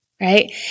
Right